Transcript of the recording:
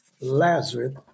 Lazarus